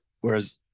whereas